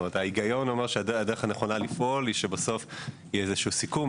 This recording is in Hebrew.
ההיגיון אומר שהדרך הנכונה לפעול היא שבסוף יהיה איזשהו סיכום,